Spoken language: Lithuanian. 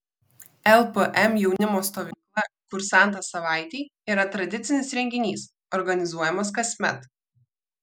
lpm jaunimo stovykla kursantas savaitei yra tradicinis renginys organizuojamas kasmet